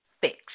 fix